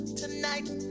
tonight